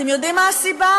אתם יודעים מה הסיבה,